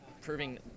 proving